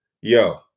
yo